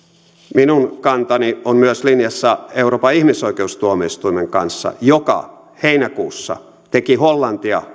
minun kantani on myös linjassa euroopan ihmisoikeustuomioistuimen kanssa joka heinäkuussa teki hollantia